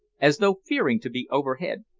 as though fearing to be overheard,